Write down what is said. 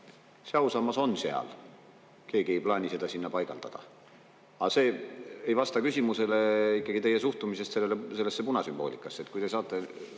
see ausammas on seal, keegi ei plaani seda sinna paigaldada, aga see ei vasta küsimusele ikkagi teie suhtumisest sellesse punasümboolikasse. Kas te